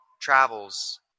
travels